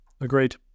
Agreed